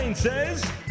Says